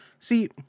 See